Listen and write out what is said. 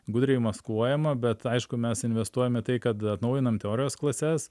gudriai maskuojama bet aišku mes investuojam tai kad atnaujinam teorijos klases